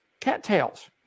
cattails